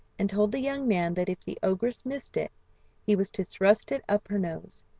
and told the young man that if the ogress missed it he was to thrust it up her nose.